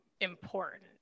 important